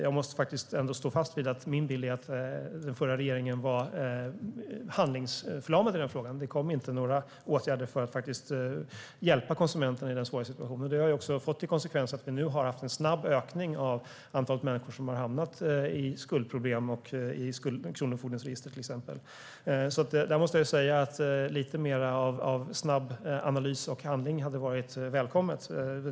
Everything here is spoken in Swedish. Jag står ändå fast vid min bild av att den förra regeringen var handlingsförlamad i den frågan. Det kom inte några åtgärder för att hjälpa konsumenten i den svåra situationen. Det har också fått till konsekvens att vi nu har haft en snabb ökning av antalet människor som har fått skuldproblem och hamnat i kronofogdens register. Lite mer av snabb analys och handling hade varit välkommet.